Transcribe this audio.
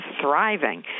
thriving